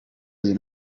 iyi